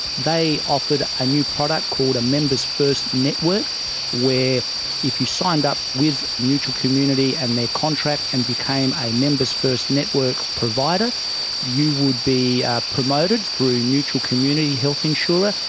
they offered a new product called a members first network where if you signed up with mutual community and their contract and became a members first network provider you would be ah promoted through mutual community health insurer,